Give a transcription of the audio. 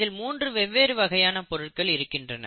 இதில் மூன்று வெவ்வேறு வகையான பொருட்கள் இருக்கின்றன